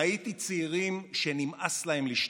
ראיתי צעירים שנמאס להם לשתוק.